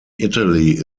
italy